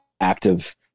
active